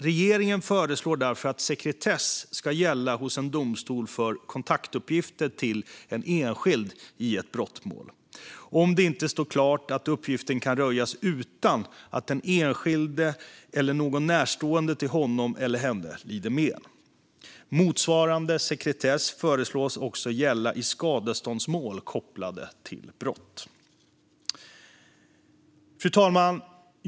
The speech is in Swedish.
Regeringen föreslår därför att sekretess ska gälla hos en domstol för kontaktuppgifter till en enskild i ett brottmål, om det inte står klart att uppgiften kan röjas utan att den enskilde eller någon närstående till honom eller henne lider men. Motsvarande sekretess föreslås också gälla i skadeståndsmål kopplade till brott. Fru talman!